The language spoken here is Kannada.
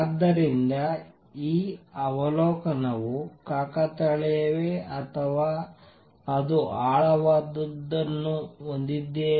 ಆದ್ದರಿಂದ ಈ ಅವಲೋಕನವು ಕಾಕತಾಳೀಯವೇ ಅಥವಾ ಅದು ಆಳವಾದದ್ದನ್ನು ಹೊಂದಿದೆಯೇ